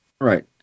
Right